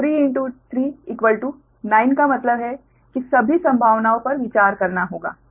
तो 3 3 9 का मतलब है कि सभी संभावनाओं पर विचार करना होगा